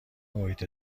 محیط